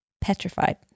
petrified